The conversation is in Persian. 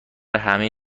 همه